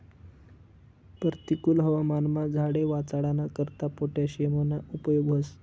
परतिकुल हवामानमा झाडे वाचाडाना करता पोटॅशियमना उपेग व्हस